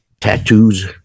tattoos